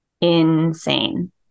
insane